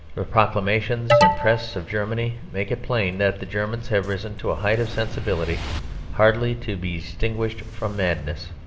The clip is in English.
the proclamations and press of germany make it plain that the germans have risen to a height of sensibility hardly to be distinguished from madness.